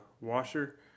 washer